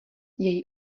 její